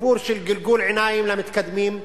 סיפור של גלגול עיניים למתקדמים,